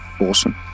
Awesome